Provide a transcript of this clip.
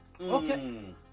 Okay